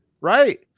Right